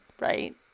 right